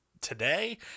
today